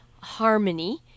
harmony